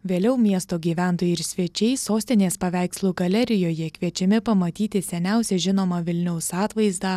vėliau miesto gyventojai ir svečiai sostinės paveikslų galerijoje kviečiami pamatyti seniausią žinomą vilniaus atvaizdą